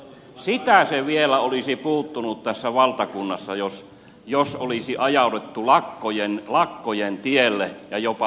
se vielä olisi puuttunut tässä valtakunnassa jos olisi ajauduttu lakkojen tielle ja jopa yleislakkoon